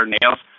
nails